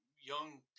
young